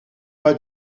pas